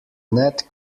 net